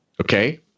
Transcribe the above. Okay